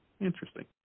Interesting